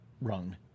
rung